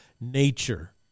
nature